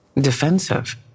Defensive